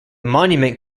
monument